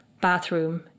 bathroom